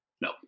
No